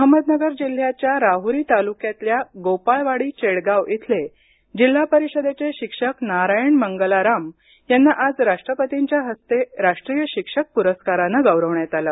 अहमदनगर जिल्ह्याच्या राहुरी तालुक्यातल्या गोपाळवाडी चेडगाव इथले जिल्हा परिषदेचे शिक्षक नारायण मंगलाराम यांना आज राष्ट्रपतींच्या हस्ते राष्ट्रीय शिक्षक पुरस्कारानं गौरवण्यात आलं